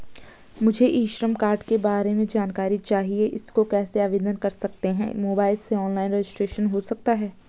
मुझे e Shram card के बारे में जानकारी चाहिए इसको कैसे आवेदन कर सकते हैं मोबाइल से ऑनलाइन रजिस्ट्रेशन हो सकता है?